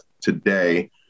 today